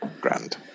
Grand